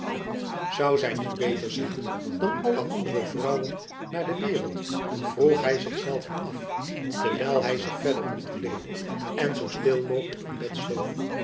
zoû zy niet beter zijn dan alle andere vrouwen naar de waereld vroeg hy zich zelven af terwijl hy zich verder ontkleedde en zoo stil mogelijk in bed sloop